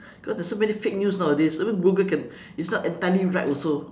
cause there's so many fake news nowadays even google can is not entirely right also